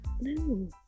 no